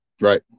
right